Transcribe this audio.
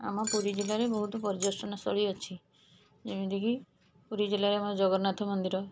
ଆମ ପୁରୀ ଜିଲ୍ଲାରେ ବହୁତ ପର୍ଯ୍ୟଟନସ୍ଥଳୀ ଅଛି ଯେମିତିକି ପୁରୀ ଜିଲ୍ଲାରେ ଆମ ଜଗନ୍ନାଥ ମନ୍ଦିର